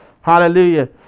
Hallelujah